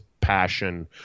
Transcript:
passion